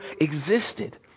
existed